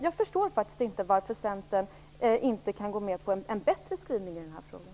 Jag förstår inte varför Centern inte kan gå med på en bättre skrivning i den här frågan.